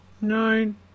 nine